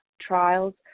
trials